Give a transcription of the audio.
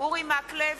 אורי מקלב,